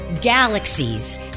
Galaxies